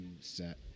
set